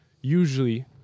usually